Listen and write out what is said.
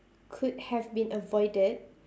could have been avoided